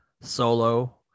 solo